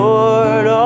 Lord